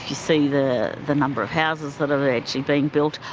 if you see the the number of houses that are actually being built,